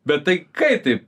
bet tai kaip taip